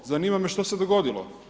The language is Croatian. Zanima me što se dogodilo?